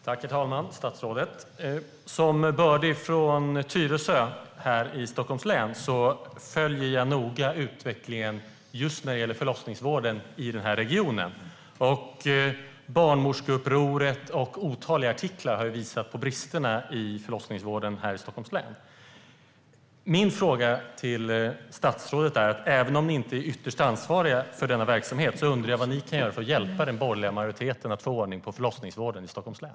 Herr talman! Som bördig från Tyresö i Stockholms län följer jag noga utvecklingen när det gäller förlossningsvården i regionen. Barnmorskeupproret och otaliga artiklar har visat på bristerna i förlossningsvården här i Stockholms län. Min fråga till statsrådet är - även om statsrådet inte är ytterst ansvarig för denna verksamhet - vad ni kan göra för att hjälpa den borgerliga majoriteten att få ordning på förlossningsvården i Stockholms län.